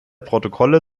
protokolle